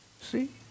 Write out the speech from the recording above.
See